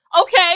Okay